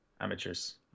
Amateurs